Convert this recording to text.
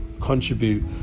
contribute